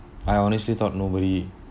I honestly thought nobody